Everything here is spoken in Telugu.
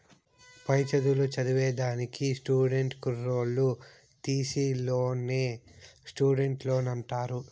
పై చదువులు చదివేదానికి స్టూడెంట్ కుర్రోల్లు తీసీ లోన్నే స్టూడెంట్ లోన్ అంటారు